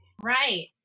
right